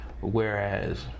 Whereas